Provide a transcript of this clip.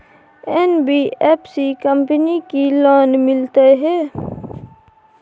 NBFC company की loan मिलते है?